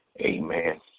Amen